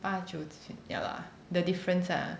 八九 ya lah the difference ah